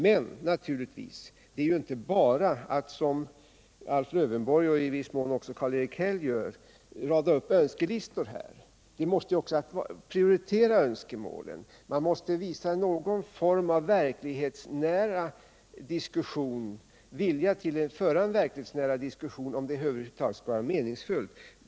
Men man kan naturligtvis inte bara, som Alf Lövenborg och i viss mån Karl-Erik Häll här gör, komma med önskelistor. Man måste också prioritera önskemålen. Man måste visa någon vilja att föra en verklighetsnära diskussion om det hela över huvud taget skall vara meningsfullt.